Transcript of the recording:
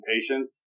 patients